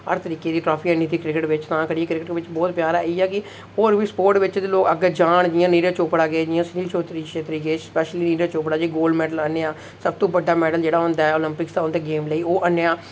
हर तरीके दी ट्राफी आह्न्नी दी तां करियै क्रिकेट बिच बहुत प्यार ऐ इयै कि होर बी स्पोर्ट बिच लोग अग्गै जान जियां नीरज चौपड़ा जियां सुनील शेत्री गे स्पेशल नीरज चौपड़ा जे गोल्ड मेडल आह्न्नेआ सब तूं बड्डा मेडल जेह्ड़ा होंदा ऐ ओलंपिक्स होंदे गेम्स लेई ओह् आह्न्नेआ